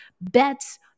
bets